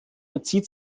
bezieht